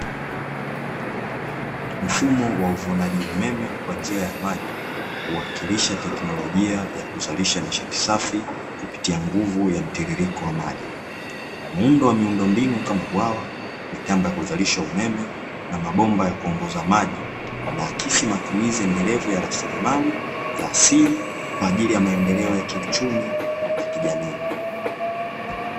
Mfumo wa uvunaji umeme kwa njia ya maji, huwakilisha teknolojia ya kuzalisha nishati safi kupitia nguvu ya mtiririko wa maji. Muundo wa miundombinu kama bwawa, mitambo ya kuzalisha umeme na mabomba ya kuongoza maji huakisi matumizi endelevu ya rasilimali za asili kwa ajili ya maendeleo ya kiuchumi na kijamii.